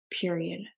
period